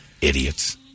Idiots